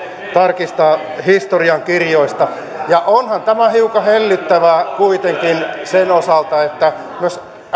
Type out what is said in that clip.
tarkistaa historiankirjoista ja onhan tämä hiukan hellyttävää kuitenkin sen osalta että myös